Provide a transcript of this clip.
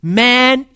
man